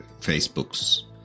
Facebook's